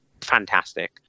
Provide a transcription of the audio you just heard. fantastic